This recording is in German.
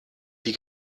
die